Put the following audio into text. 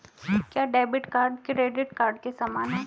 क्या debit card credit card के समान है?